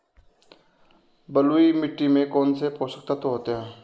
बलुई मिट्टी में कौनसे पोषक तत्व होते हैं?